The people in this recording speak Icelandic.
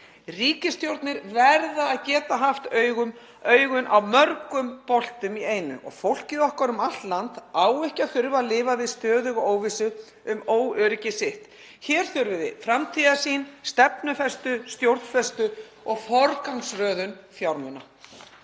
Ríkisstjórnir verða að geta haft augun á mörgum boltum í einu og fólkið okkar um allt land á ekki að þurfa að lifa við stöðuga óvissu um öryggi sitt. Hér þurfum framtíðarsýn, stefnufestu, stjórnfestu og forgangsröðun fjármuna.